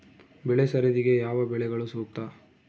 ಬೆಳೆ ಸರದಿಗೆ ಯಾವ ಬೆಳೆಗಳು ಸೂಕ್ತ?